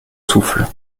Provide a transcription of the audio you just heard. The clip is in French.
souffle